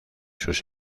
sus